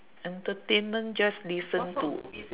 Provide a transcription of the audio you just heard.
entertainment just listen to